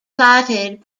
platted